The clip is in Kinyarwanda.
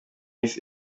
miss